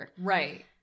Right